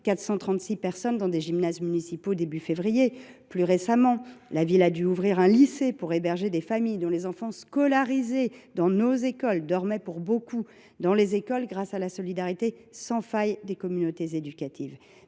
436 personnes dans des gymnases municipaux, début février. Plus récemment, la municipalité a dû ouvrir un lycée pour héberger des familles, dont les enfants scolarisés dans nos écoles, dormaient, pour beaucoup, également dans des écoles, grâce à la solidarité sans faille des communautés éducatives.